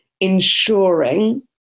ensuring